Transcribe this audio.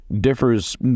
differs